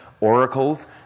oracles